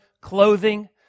clothing